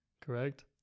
correct